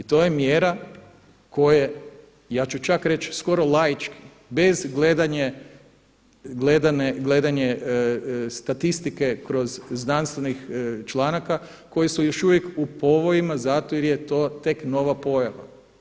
I to je mjera koja, ja ću čak reći, skoro laički bez gledanja statistike kroz znanstvenih članaka koji su još uvijek u povojima zato je to tek nova pojava.